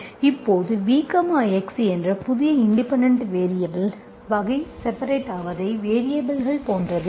இப்போது V x என்ற புதிய இண்டிபெண்டென்ட் வேரியபல் வகை செபரெட் ஆவதை வேரியபல்கள் போன்றது